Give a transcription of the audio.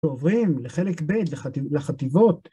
עוברים לחלק ב לחטיבות.